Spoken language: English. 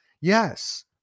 Yes